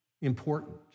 important